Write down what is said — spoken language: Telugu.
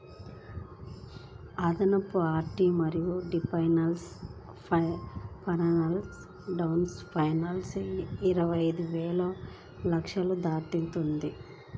అదనంగా ఆర్మీ మరియు డిఫెన్స్ పర్సనల్ డ్రాయింగ్ పెన్షన్ ఇరవై ఐదు లక్షలు దాటింది